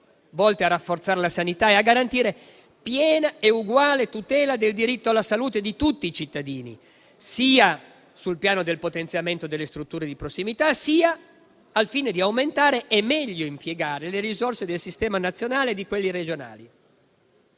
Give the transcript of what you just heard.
volte a rafforzare la sanità e a garantire piena e uguale tutela del diritto alla salute di tutti i cittadini, sia sul piano del potenziamento delle strutture di prossimità, sia al fine di aumentare e meglio impiegare le risorse del sistema nazionale e di quelli regionali.